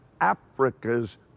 Africa's